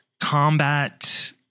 combat